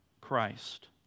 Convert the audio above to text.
Christ